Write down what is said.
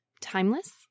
timeless